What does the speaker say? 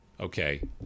Okay